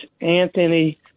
Anthony